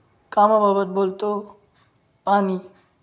कामाबाबत बोलतो पाणी